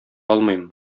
алмыйм